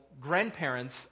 grandparents